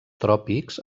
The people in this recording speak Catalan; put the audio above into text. tròpics